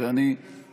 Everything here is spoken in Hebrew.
ואני, מה